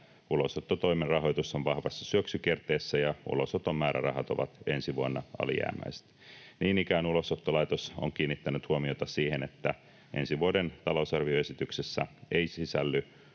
ulosottotoimen rahoitus on vahvassa syöksykierteessä ja ulosoton määrärahat ovat ensi vuonna alijäämäiset. Niin ikään Ulosottolaitos on kiinnittänyt huomiota siihen, että ensi vuoden talousarvioesitykseen ei sisälly